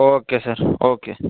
okay sir okay